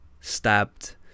stabbed